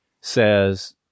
says